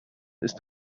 ist